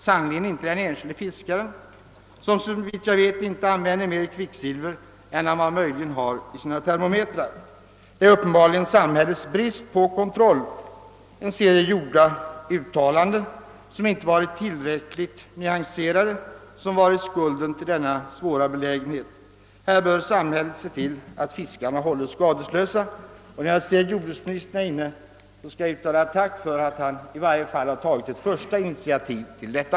Sannerligen inte den enskilde fiskaren, som såvitt jag vet inte använder mer kvicksilver än vad han möjligen har i sina termometrar. Det är uppenbarligen samhällets brist på kontroll och gjorda uttalanden som inte varit tillräckligt nyanserade, som varit skulden till denna svåra belägen het. Här bör samhället se till att fiskarna hålles skadeslösa. Eftersom jag ser att jordbruksministern är inne i kammaren, ber jag att till honom få uttala ett tack för att han i varje fall har tagit ett första initiativ till detta.